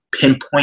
pinpoint